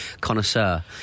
connoisseur